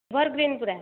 Evergreen ପୁରା